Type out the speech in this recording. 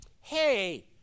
Hey